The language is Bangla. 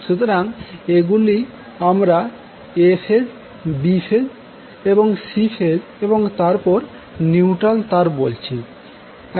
সুতরাং এগুলি আমরা A ফেজ B ফেজ এবং C ফেজ এবং তারপর নিউট্রাল তার বলছি